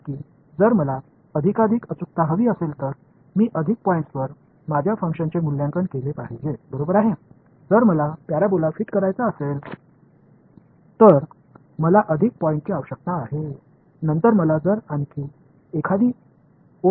இப்போது நான் மேலும் மேலும் துல்லியத்தை விரும்பினால் எனது ஃபங்ஷன் அதிக புள்ளிகளில் மதிப்பீடு செய்ய வேண்டும் என்று தெரிகிறது நான் ஒரு பரபோலா பொருத்த விரும்பினால் எனக்கு ஒரு வரியை சரியாக பொருத்த விரும்புவதை விட அதிக புள்ளிகள் தேவை